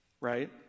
Right